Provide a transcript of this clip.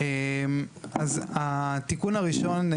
אז התיקון הראשון,